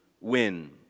Win